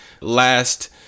last